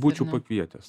būčiau pakvietęs